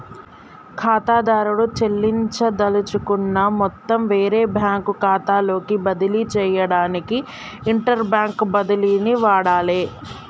ఖాతాదారుడు చెల్లించదలుచుకున్న మొత్తం వేరే బ్యాంకు ఖాతాలోకి బదిలీ చేయడానికి ఇంటర్బ్యాంక్ బదిలీని వాడాలే